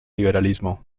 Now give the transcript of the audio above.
liberalismo